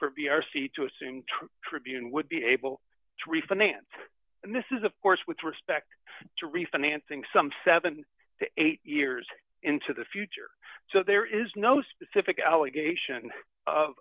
for b r c to assume tribune would be able to refinance and this is of course with respect to refinancing some seventy eight years into the future so there is no specific allegation